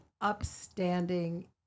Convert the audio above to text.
upstanding